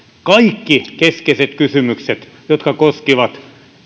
kaikki keskeiset vastaukset jotka koskivat